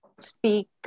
speak